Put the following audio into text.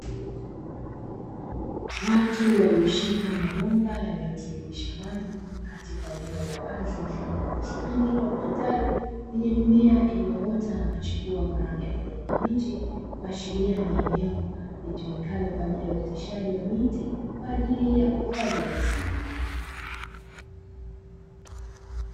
Watu walioshika mabomba yanayotiririsha maji katika eneo la wazi mfano wa bustani au kitalu, lenye mimea iliyoota na kuchipua kwa rangi ya kijani kibichi kuashiria ni eneo, litumikalo kwa ajili ya uoteshaji wa miti kwa ajili ya uhifadhi wa misitu.